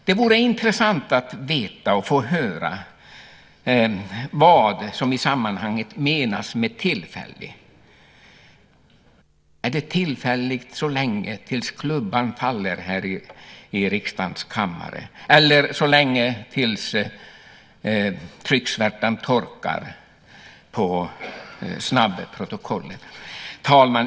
Det vore intressant att få höra vad som i sammanhanget menas med tillfällig. Är det tillfälligt tills klubban faller här i riksdagens kammare eller tills trycksvärtan torkar på snabbprotokollet. Herr talman!